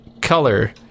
color